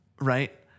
Right